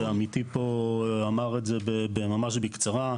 ועמיתי פה אמר את זה ממש בקצרה,